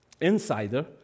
Insider